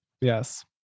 Yes